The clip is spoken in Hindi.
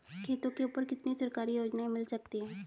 खेतों के ऊपर कितनी सरकारी योजनाएं मिल सकती हैं?